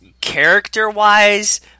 character-wise